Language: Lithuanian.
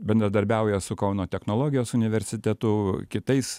bendradarbiauja su kauno technologijos universitetu kitais